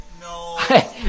No